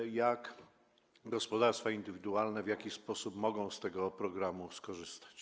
I jak gospodarstwa indywidualne, w jaki sposób mogą z tego programu skorzystać?